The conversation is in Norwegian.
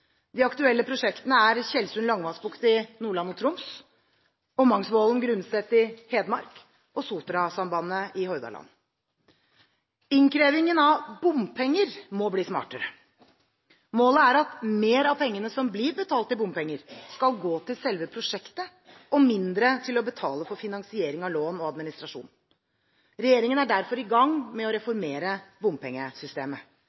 De aktuelle prosjektene er Tjeldsund–Langvassbukt i Nordland og Troms, Ommangsvollen–Grundset i Hedmark og Sotrasambandet i Hordaland. Innkrevingen av bompenger må bli smartere. Målet er at mer av pengene som blir betalt i bompenger, skal gå til selve prosjektene og mindre til å betale for finansiering av lån og administrasjon. Regjeringen er derfor i gang med å